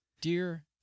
Dear